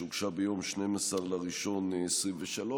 שהוגשה ביום 12 בינואר 2023,